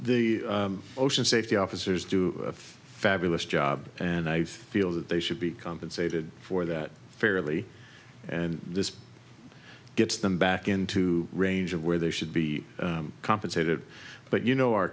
the ocean safety officers do a fabulous job and i feel that they should be compensated for that fairly and this gets them back into range of where they should be compensated but you know our